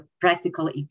practical